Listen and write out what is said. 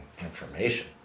information